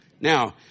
Now